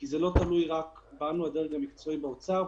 כי זה לא תלוי רק בדרג המקצועי של האוצר,